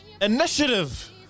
Initiative